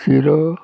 शिरो